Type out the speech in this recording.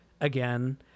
again